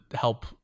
help